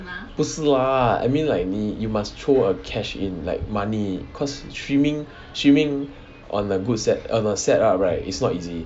不是 lah I mean like 你 you must throw a cash in like money cause streaming streaming on a good set on a good set up right is not easy